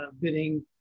bidding